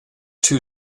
two